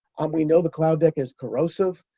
um we know the cloud deck is corrosive,